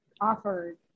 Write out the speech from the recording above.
offered